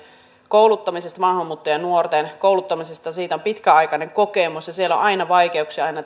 kouluttamisesta ja maahanmuuttajanuorten kouluttamisesta siitä on pitkäaikainen kokemus ja siellä on aina vaikeuksia